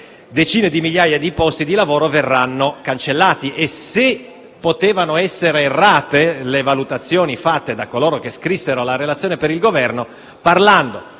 decine di migliaia di posti di lavoro verranno cancellati. E se potevano essere errate le valutazioni fatte da coloro che scrissero la relazione per il Governo, parlando